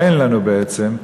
או אין לנו בעצם,